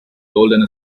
golden